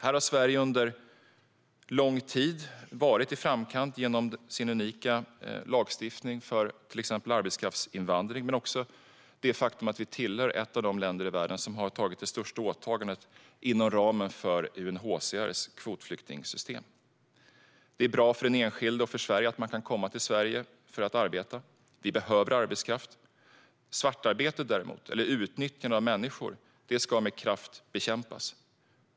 Här har Sverige varit i framkant genom sin unika lagstiftning för till exempel arbetskraftsinvandring men också det faktum att vi tillhör de länder i världen som har gjort det största åtagandet inom ramen för UNHCR:s kvotflyktingsystem. Det är bra för den enskilde och för Sverige att man kan komma till Sverige för att arbeta. Vi behöver arbetskraft. Svartarbete däremot eller utnyttjande av människor ska med kraft bekämpas.